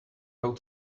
how